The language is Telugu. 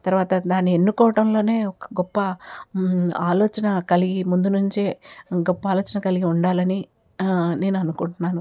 తరువాత దాన్ని ఎన్నుకోవడంలోనే ఒక గొప్ప ఆలోచన కలిగి ముందు నుంచే గొప్ప ఆలోచన కలిగి ఉండాలని నేను అనుకుంటున్నాను